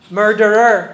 murderer